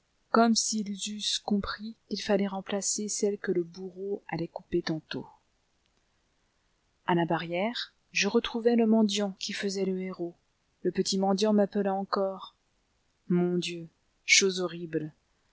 comme s'ils eussent compris qu'il fallait remplacer celle que le bourreau allait couper tantôt à la barrière je retrouvai le mendiant qui faisait le héros le petit mendiant m'appela encore mon dieu chose horrible